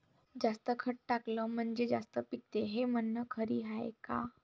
जास्त खत टाकलं म्हनजे जास्त पिकते हे म्हन खरी हाये का?